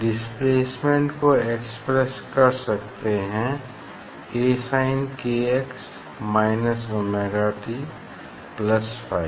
displacement को express कर सकते हैं Asinkx minus omega t plus phi